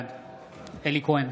בעד אלי כהן,